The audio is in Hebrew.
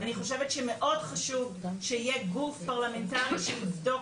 אני חושבת שמאוד חשוב שיהיה גוף פרלמנטרי שיבדוק